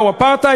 באמצע.